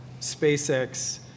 SpaceX